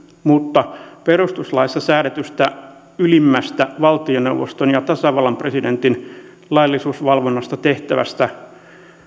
mutta perustuslaissa säädetystä ylimmästä valtioneuvoston ja tasavallan presidentin laillisuusvalvonnan tehtävästä